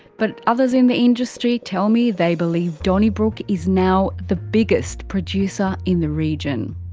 but others in the industry tell me they believe donnybrook is now the biggest producer in the region.